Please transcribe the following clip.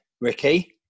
Ricky